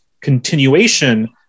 continuation